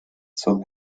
zur